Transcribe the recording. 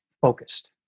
focused